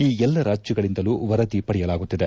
ಈ ಎಲ್ಲ ರಾಜ್ಯಗಳಿಂದಲೂ ವರದಿ ಪಡೆಯಲಾಗುತ್ತಿದೆ